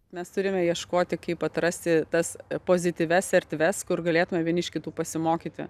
mes turime ieškoti kaip atrasti tas pozityvias erdves kur galėtume vieni iš kitų pasimokyti